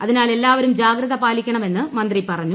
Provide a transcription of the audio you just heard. അതിനാൽ എല്ലാവരും ജാഗ്രത പാലിക്കണമെന്ന് മന്ത്രി പറഞ്ഞു